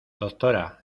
doctora